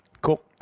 Cool